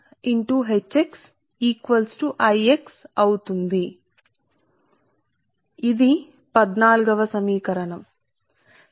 ఇప్పుడు కాబట్టి మేము స్కిన్ ఎఫెక్ట్ న్ని వదలి వేస్తాము దీనిని లెక్కించం మరియు కరెంటు డెన్సిటీ ఏకరీతి గా ఉండునని ఊహిస్తాము